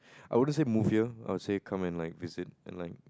I would say move here I would say come and like visit and like